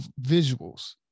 visuals